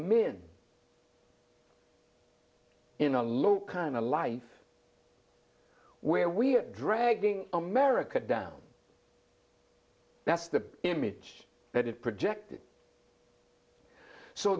men in a low kind of life where we are dragging america down that's the image that is projected so